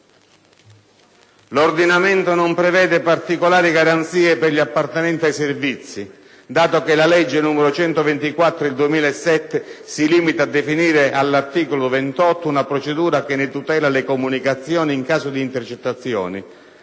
«L'ordinamento non prevede particolari garanzie per gli appartenenti ai Servizi, dato che la legge n. 124 del 2007 si limita a definire all'articolo 28 una procedura che ne tutela le comunicazioni in caso di intercettazioni,